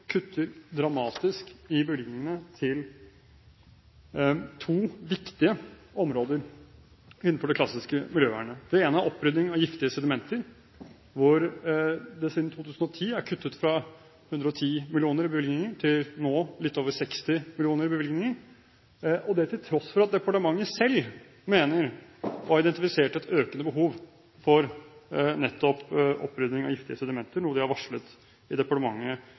kutter dramatisk i bevilgningene til to viktige områder innenfor det klassiske miljøvernet. Det ene er opprydning av giftige sedimenter, hvor det siden 2010 er kuttet fra 110 mill. kr i bevilgninger til litt over 60 mill. kr i bevilgninger nå – det til tross for at departementet selv mener å ha identifisert et økende behov for nettopp opprydning av giftige sedimenter, noe departementet varslet i